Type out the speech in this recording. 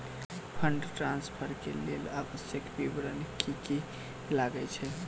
Fund transfer केँ लेल आवश्यक विवरण की की लागै छै?